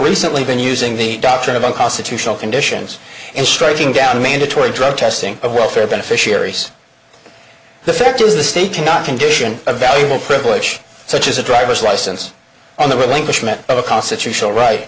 recently been using the doctrine of unconstitutional conditions and striking down mandatory drug testing of welfare beneficiaries the fact is the state cannot condition a valuable privilege such as a driver's license on the relinquishment of a constitutional right